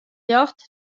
ljocht